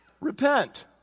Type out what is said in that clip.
Repent